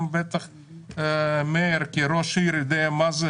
בטח גם מאיר כראש עיר יודע מה זה